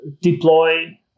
deploy